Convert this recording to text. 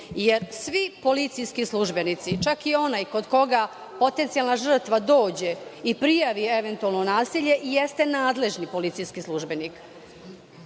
jer svi policijski službenici, čak i onaj kod koga potencijalna žrtva dođe i prijavi eventualno nasilje jeste nadležni policijski službenik. Vi